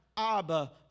Abba